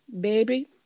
baby